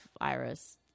Iris